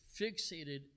fixated